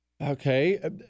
Okay